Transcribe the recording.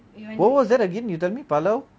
what was that again you tell me pulao